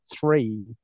three